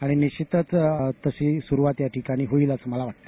आणि निश्चितच तशी सुरूवात याठिकाणी होईल असं मला वाटत